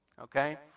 Okay